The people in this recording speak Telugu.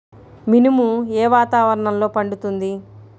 మినుము ఏ వాతావరణంలో పండుతుంది?